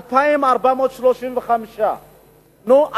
2,435. נו,